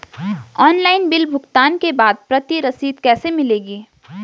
Online bill भुगतान के बाद प्रति रसीद कैसे मिलेगी?